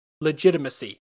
legitimacy